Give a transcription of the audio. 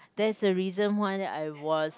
that's the reason why I was